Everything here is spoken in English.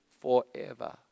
forever